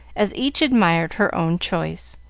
as each admired her own choice.